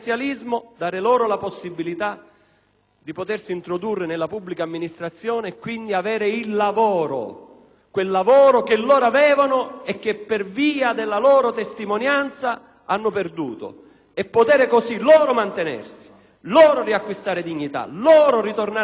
di essere introdotti nella pubblica amministrazione e quindi di avere un lavoro - quel lavoro che avevano e che, per via della loro testimonianza, hanno perduto - potendosi così mantenere, riacquistare dignità, ritornare ad essere cittadini piuttosto che,